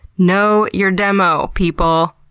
know your demo, people!